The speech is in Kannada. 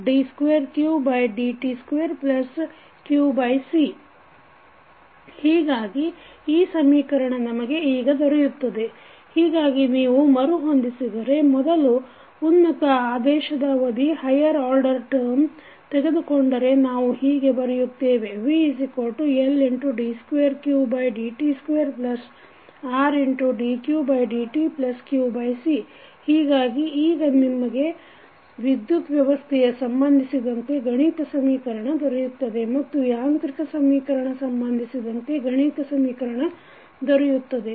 ಹೀಗಾಗಿ ನೀವು ಏನನ್ನು ಬರೆಯಬೇಕು ಈಗ VRdqdtLd2qdt2qC ಹೀಗಾಗಿ ಈ ಸಮೀಕರಣ ನಮಗೆ ಈಗ ದೊರೆಯುತ್ತದೆ ಹೀಗಾಗಿ ನೀವು ಮರುಹೊಂದಿಸಿದರೆ ಮೊದಲು ಉನ್ನತ ಆದೇಶದ ಅವಧಿ ತೆಗೆದುಕೊಂಡರೆ ನಾವು ಹೀಗೆ ಬರೆಯುತ್ತೇವೆ VLd2qdt2RdqdtqC ಹೀಗಾಗಿ ಈಗ ನಿಮಗೆ ವಿದ್ಯುತ್ ವ್ಯವಸ್ಥೆಯ ಸಂಬಂಧಿಸಿದಂತೆ ಗಣಿತ ಸಮೀಕರಣ ದೊರೆಯುತ್ತದೆ ಮತ್ತು ಯಾಂತ್ರಿಕ ಸಮೀಕರಣ ಸಂಬಂಧಿಸಿದಂತೆ ಗಣಿತ ಸಮೀಕರಣ ದೊರೆಯುತ್ತದೆ